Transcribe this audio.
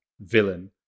villain